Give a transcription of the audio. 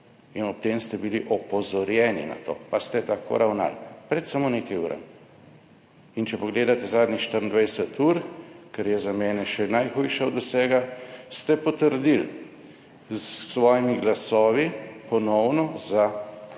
In ob tem ste bili opozorjeni na to, pa ste tako ravnali, pred samo nekaj urami. In če pogledate zadnjih 24 ur, ker je za mene še najhujše od vsega, ste potrdili s svojimi glasovi ponovno za